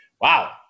Wow